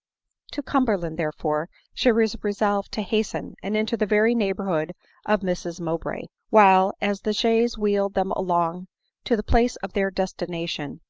to cumberland, therefore, she was resolved to hasten, and into the very neighborhood of mrs mowbray while, as the chaise wheeled them along to the place of their destination,